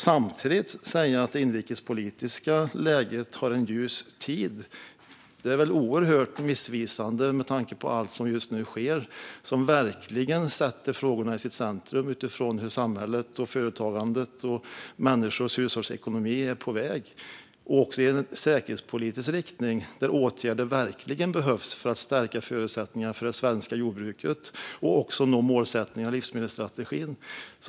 Samtidigt säger de att det inrikespolitiska läget är ljust. Det är väl oerhört missvisande med tanke på allt som just nu sker och som verkligen sätter frågorna i centrum utifrån vart samhället, företagandet och människors hushållsekonomi är på väg och utifrån säkerhetspolitiken, där åtgärder verkligen behövs för att stärka förutsättningarna för det svenska jordbruket och också nå målen i livsmedelsstrategin.